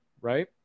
right